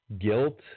guilt